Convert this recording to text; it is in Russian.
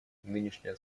нынешняя